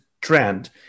trend